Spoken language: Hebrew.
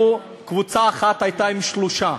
קבוצה אחת הייתה עם שלושה,